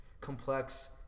complex